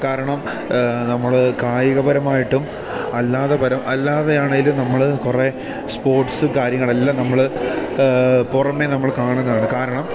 കാരണം നമ്മൾ കായികപരമായിട്ടും അല്ലാതെ അല്ലാതെയാണെങ്കിലും നമ്മൾ കുറേ സ്പോർട്സ് കാര്യങ്ങളെല്ലാം നമ്മൾ പുറമെ നമ്മൾ കാണുന്നതാണ് കാരണം